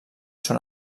són